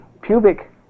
pubic